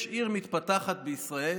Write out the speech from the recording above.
יש עיר מתפתחת בישראל,